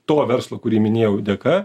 to verslo kurį minėjau dėka